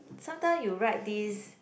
sometime you write this